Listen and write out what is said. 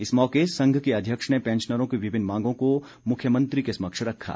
इस मौके संघ के अध्यक्ष ने पैंशनरों की विभिन्न मांगों को मुख्यमंत्री के समक्ष रखा